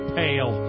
pale